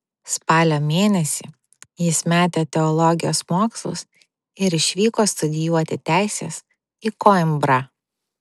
spalio mėnesį jis metė teologijos mokslus ir išvyko studijuoti teisės į koimbrą